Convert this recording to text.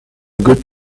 good